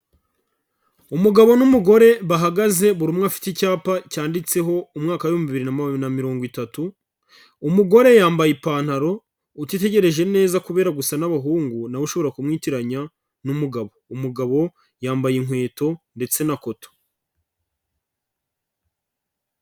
Umugabo n'umugore bahagaze, buri umwe afite icyapa cyanditseho umwaka w'ibihumbi bibiri na mirongo itatu, umugore yambaye ipantaro, utitegereje neza kubera gusa n'abahungu nawe ushobora kumwitiranya n'umugabo, umugabo yambaye inkweto ndetse na koto.